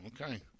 Okay